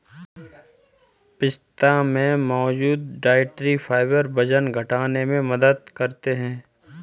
पिस्ता में मौजूद डायट्री फाइबर वजन घटाने में मदद करते है